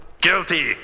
Guilty